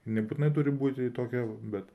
nebūtinai turi būti tokie bet